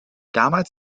damals